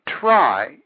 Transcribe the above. try